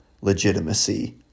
legitimacy